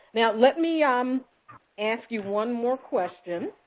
now, let me um ask you one more question,